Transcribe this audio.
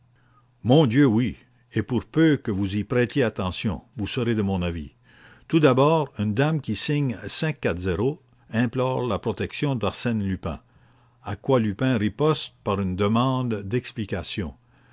mon dieu oui et pour peu que vous y prêtiez attention vous serez de mon avis tout dabord une dame qui signe implore la protection d'arsène lupin à quoi lupin riposte par une demande d'explications